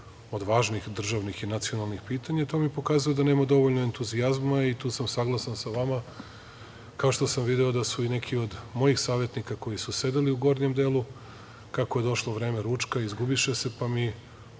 od važnih državnih i nacionalnih pitanja. To mi pokazuje da nema dovoljno entuzijazma i tu sam saglasan sa vama, kao što sam video da su neki od mojih savetnika, koji su sedeli u gornjem delu, kako je došlo vreme ručka, izgubiše se, pa me